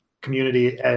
community